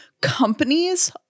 companies